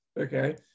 Okay